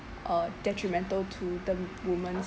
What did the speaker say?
uh detrimental to the woman's